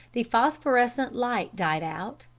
the phosphorescent light died out,